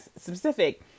specific